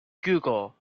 google